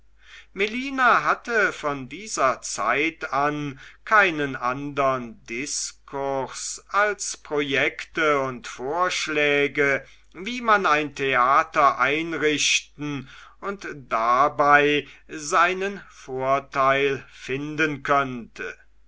melina hatte von dieser zeit an keinen andern diskurs als projekte und vorschläge wie man ein theater einrichten und dabei seinen vorteil finden könnte